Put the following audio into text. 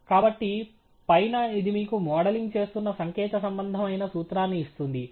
కాబట్టి పైన ఇది మీకు మోడలింగ్ చేస్తున్న సంకేత సంబంధమైన సూత్రాన్ని ఇస్తుంది